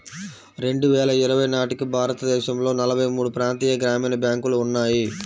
రెండు వేల ఇరవై నాటికి భారతదేశంలో నలభై మూడు ప్రాంతీయ గ్రామీణ బ్యాంకులు ఉన్నాయి